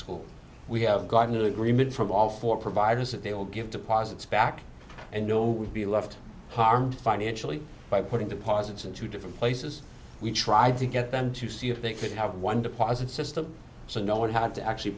school we have gotten an agreement from all four providers that they will give deposits back and no would be left harmed financially by putting deposits in two different places we tried to get them to see if they could have one deposit system so no one had to actually